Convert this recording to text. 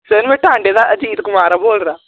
sir में सांबे दा अजीत कुमार ऐ बोल रेहा